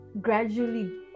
gradually